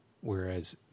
whereas